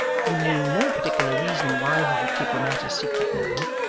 who knew no particular reason why he should keep the matter secret now,